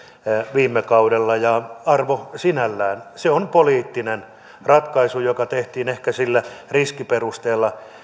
viime kaudella arvo sinällään se on poliittinen ratkaisu joka tehtiin ehkä sillä riskiperusteella